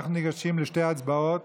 אנחנו ניגשים לשתי הצבעות